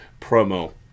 promo